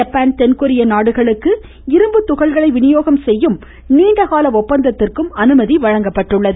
Japan தென்கொரியா நாடுகளுக்கு இரும்புத்துகள்களை விநியோகம் செய்யும் நீண்டகால ஒப்பந்தத்திற்கும் அனுமதி வழங்கியுள்ளது